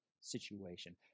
situation